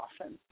often